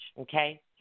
okay